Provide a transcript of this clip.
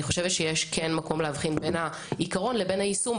אני כן חושבת שיש מקום להבחין בין העיקרון לבין היישום,